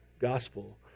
gospel